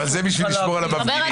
אבל זה בשביל לשמור על המפגינים.